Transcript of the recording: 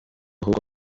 ahubwo